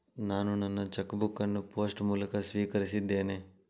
ನಾನು ನನ್ನ cheque book ಅನ್ನು ಪೋಸ್ಟ್ ಮೂಲಕ ಸ್ವೀಕರಿಸಿದ್ದೇನೆ